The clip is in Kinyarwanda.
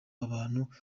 abantu